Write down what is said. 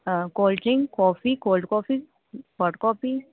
cold drink coffee cold coffee hot coffee